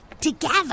Together